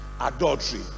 adultery